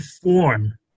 form